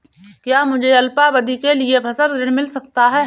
क्या मुझे अल्पावधि के लिए फसल ऋण मिल सकता है?